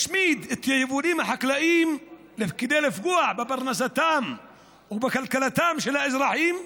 משמיד את היבולים החקלאיים כדי לפגוע בפרנסתם ובכלכלתם של האזרחים,